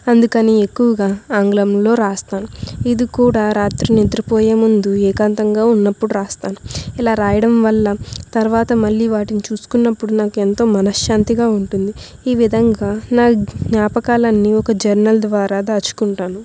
అందుకని ఎక్కువగా ఆంగ్లంలో రాస్తాను ఇది కూడా రాత్రి నిద్రపోయే ముందు ఏకాంతంగా ఉన్నప్పుడు రాస్తాను ఇలా రాయడం వల్ల తర్వాత మళ్ళీ వాటిని చూసుకున్నప్పుడు నాకు ఎంతో మనశాంతిగా ఉంటుంది ఈ విధంగా నా జ్ఞాపకాలు అన్నీ ఒక జర్నల్ ద్వారా దాచుకుంటాను